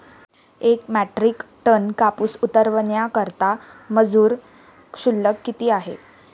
एक metric ton कापूस उतरवण्याकरता मजूर शुल्क किती आहे?